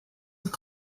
were